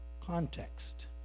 context